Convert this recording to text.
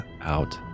out